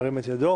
ירים את ידו.